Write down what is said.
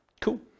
Cool